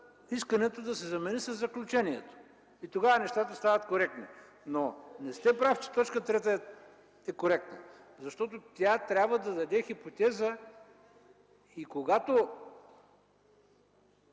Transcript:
„искането” да се замени със „заключението”. Тогава нещата стават коректни. Не сте прав, че т. 3 е коректна, защото тя трябва да даде хипотеза и когато